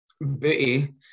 booty